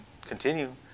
continue